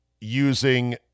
using